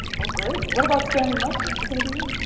oh great, what about stanley nelson, is he gonna be here?